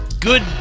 good